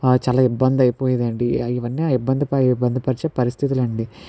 చాలా ఇబ్బంది అయిపోయేది అండి ఇవన్నీ ఆ ఇబ్బంది ఇబ్బందిపరిచే పరిస్థితులు అండి